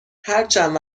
هرچند